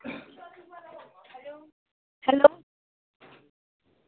hello